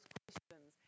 questions